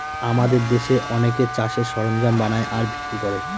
আমাদের দেশে অনেকে চাষের সরঞ্জাম বানায় আর বিক্রি করে